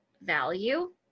Value